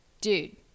dude